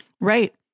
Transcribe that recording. Right